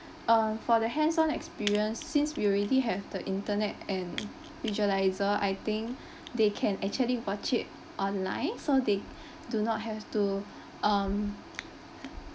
uh for the hands on experience since we already have the internet and visualiser I think they can actually watch it online so they do not have to um